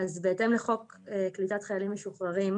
אז בהתאם לחוק קליטת חיילים משוחררים,